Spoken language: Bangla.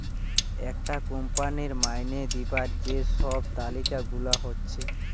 একটা কোম্পানির মাইনে দিবার যে সব তালিকা গুলা হচ্ছে